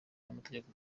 n’amategeko